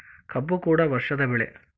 ಕಬ್ಬು ಕೂಡ ವರ್ಷದ ಬೆಳೆ